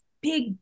big